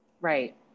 Right